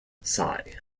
psi